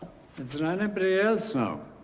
anybody else now?